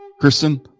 Kristen